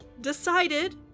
decided